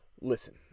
Listen